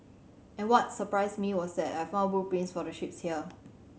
and what surprised me was that I found blueprints for the ships here